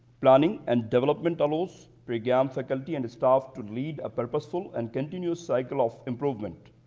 planning and development goals bring yeah um faculty and staff to lead a purposeful and continuous cycle of improvement,